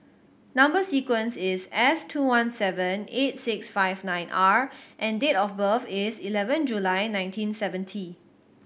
number sequence is S two one seven eight six five nine R and date of birth is eleven July nineteen seventy